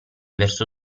verso